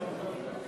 ריבית על יתרת זכות),